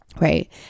Right